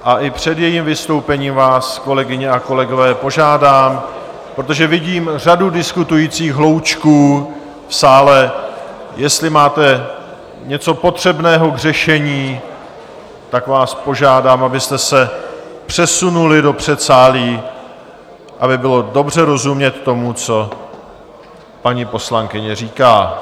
A i před jejím vystoupením vás, kolegyně a kolegové, požádám, protože vidím řadu diskutujících hloučků v sále, jestli máte něco potřebného k řešení, tak abyste se přesunuli do předsálí, aby bylo dobře rozumět tomu, co paní poslankyně říká.